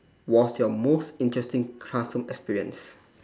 was your most interesting classroom experience